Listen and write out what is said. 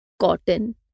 cotton